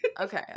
Okay